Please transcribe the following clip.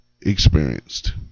experienced